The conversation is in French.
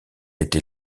été